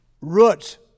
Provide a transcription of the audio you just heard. roots